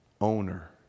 owner